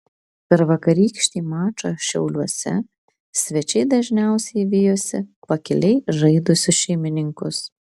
per vakarykštį mačą šiauliuose svečiai dažniausiai vijosi pakiliai žaidusius šeimininkus